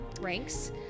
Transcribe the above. ranks